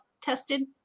tested